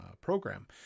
program